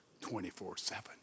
24-7